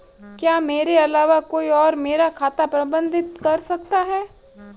क्या मेरे अलावा कोई और मेरा खाता प्रबंधित कर सकता है?